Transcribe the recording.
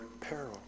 peril